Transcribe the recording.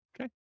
okay